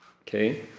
Okay